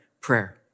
prayer